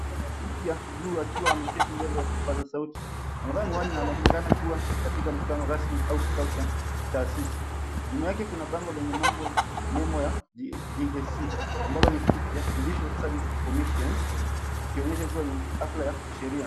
Mtu aliyevalia suti ya bluu akiwa ameketi mbele ya kipaza sauti amevaa miwani na anaonekana kua katika mkutano rasmi au kikao cha taasisi. Nyuma yake kuna bango lenye mambo, nembo ya JSC ambalo ni kifupi cha, Judicial Service Commission likionyesha ni hafla ya kisheria.